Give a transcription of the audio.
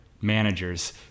managers